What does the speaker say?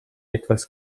etwas